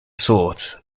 sought